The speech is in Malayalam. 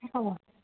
ആണോ